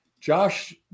Josh